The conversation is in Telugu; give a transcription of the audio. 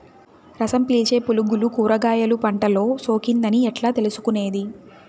రసం పీల్చే పులుగులు కూరగాయలు పంటలో సోకింది అని ఎట్లా తెలుసుకునేది?